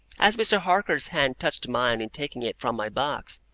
as mr. harker's hand touched mine in taking it from my box,